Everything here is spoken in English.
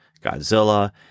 Godzilla